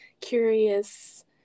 curious